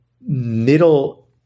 middle